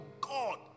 God